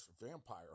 vampire